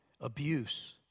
abuse